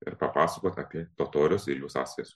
ir papasakot apie totorius ir jų sąsajas